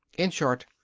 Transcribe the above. in short,